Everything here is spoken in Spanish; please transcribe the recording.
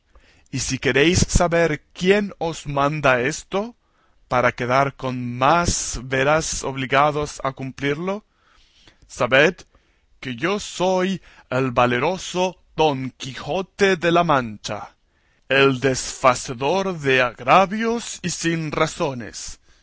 y si queréis saber quién os manda esto para quedar con más veras obligado a cumplirlo sabed que yo soy el valeroso don quijote de la mancha el desfacedor de agravios y sinrazones